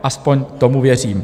Aspoň tomu věřím.